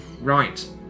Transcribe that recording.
Right